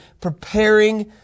preparing